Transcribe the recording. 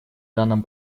данном